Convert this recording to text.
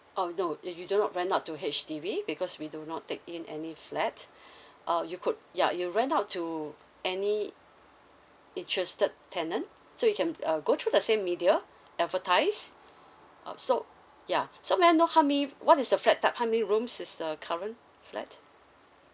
orh no you you do not rent out to H_D_B because we do not take in any flat uh you could ya you rent out to any interested tenant so you can uh go through the same media advertise uh so yeah so may I know how many what is the flat type how many rooms is the current flat